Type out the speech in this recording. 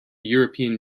european